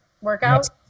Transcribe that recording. workout